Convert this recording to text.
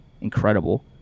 incredible